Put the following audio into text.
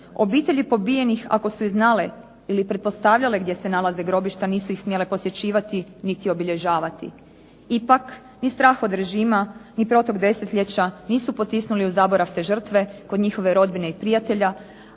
Obitelji pobijenih ako su i znale ili pretpostavljale gdje se nalaze grobišta nisu ih smjele posjećivati niti obilježavati. Ipak, ni strah od režima ni protok desetljeća nisu potisnuli u zaborav te žrtve kod njihove rodbine i prijatelja,